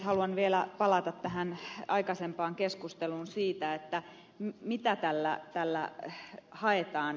haluan vielä palata tähän aikaisempaan keskusteluun siitä mitä tällä haetaan